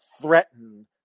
threaten